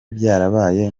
byarabaye